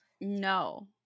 No